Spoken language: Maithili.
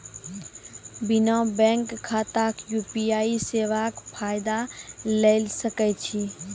बिना बैंक खाताक यु.पी.आई सेवाक फायदा ले सकै छी?